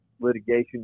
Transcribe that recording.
litigation